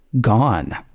gone